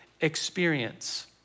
experience